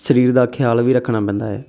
ਸਰੀਰ ਦਾ ਖਿਆਲ ਵੀ ਰੱਖਣਾ ਪੈਂਦਾ ਹੈ